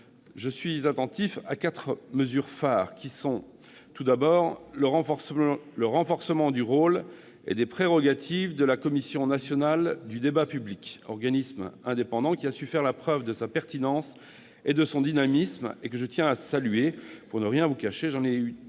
Je suis attentif à quatre mesures phares. Premièrement, le renforcement du rôle et des prérogatives de la Commission nationale du débat public, organisme indépendant qui a su faire la preuve de sa pertinence et de son dynamisme et que je tiens à saluer. Pour ne rien vous cacher, j'en ai une